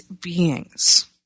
beings